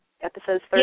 episodes